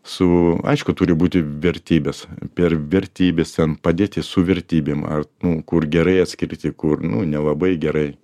su aišku turi būti vertybės per vertybes ten padėti su vertybėm ar nu kur gerai atskirti kur nu nelabai gerai